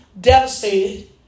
devastated